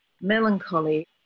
melancholy